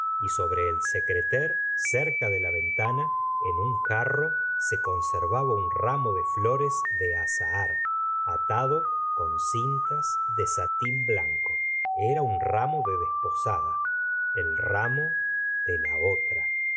y sobre el secretaire cerca de la ventana en un jarro se conservaba un ramo de flores de azahar atado con cintas de satin blanco era un ramo de desposada el ramo de la otra